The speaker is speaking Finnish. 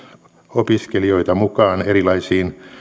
opiskelijoita mukaan erilaisiin